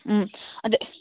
ꯎꯝ ꯑꯗ